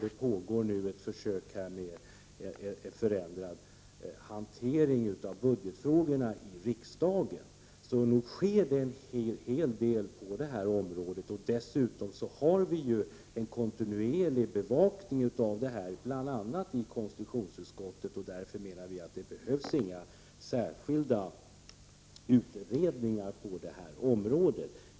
Det pågår nu ett försök med förändrad hantering av budgetfrågorna i riksdagen. Det görs alltså en hel del på det hät området. Dessutom sker det en kontinuerlig bevakning, bl.a. i konst: utionsutskottet, och därför behövs det inte några särskilda utredningar.